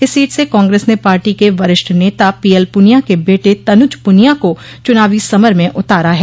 इस सीट से कांग्रेस ने पार्टी के वरिष्ठ नेता पीएल पुनिया के बेटे तनुज पुनिया को चुनावी समर में उतारा है